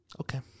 Okay